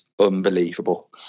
unbelievable